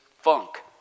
funk